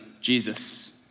Jesus